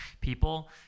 people